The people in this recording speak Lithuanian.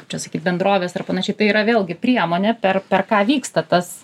kaip čia sakyt bendrovės ar panašiai tai yra vėlgi priemonė per per ką vyksta tas